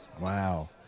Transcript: Wow